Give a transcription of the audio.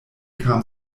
kam